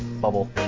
Bubble